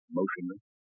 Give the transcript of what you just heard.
motionless